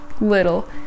little